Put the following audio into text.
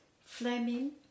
Fleming